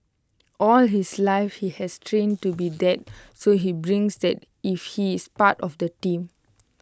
all his life he has trained to be that so he brings that if he is part of the team